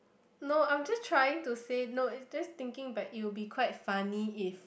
no I'm just trying to say no it's just thinking but it'll be quite funny if